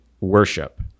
worship